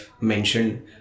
mentioned